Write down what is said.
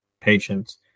patience